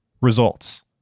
Results